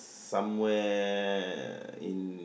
somewhere in